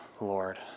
lord